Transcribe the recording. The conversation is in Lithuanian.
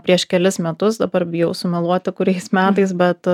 prieš kelis metus dabar bijau sumeluoti kuriais metais bet